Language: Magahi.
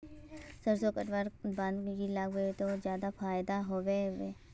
सरसों कटवार बाद की लगा जाहा बे ते ज्यादा फायदा होबे बे?